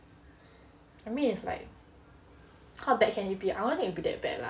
I mean it's like how bad can it be I don't think it'll be that bad lah